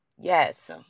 Yes